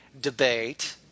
debate